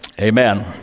Amen